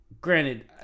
granted